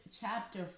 chapter